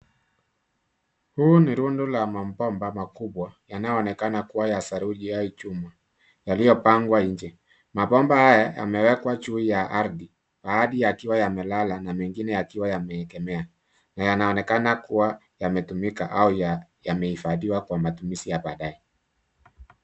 Huu ni rundo la mabomba makubwa yanayoonekana kuwa ya saruji au chuma, yaliyopangwa nje. Mabomba haya yamewekwa juu ya ardhi. Baadhi yakiwa yamelala na mengine yakiwa yameegemea na yanaonekana kuwa yametumika au yamehifadhiwa kwa matumizi ya baadaye.